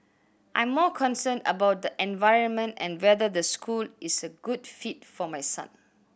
I'm more concerned about the environment and whether the school is a good fit for my son